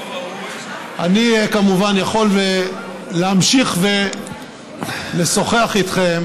חבריי, אני כמובן יכול להמשיך ולשוחח איתכם